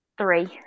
three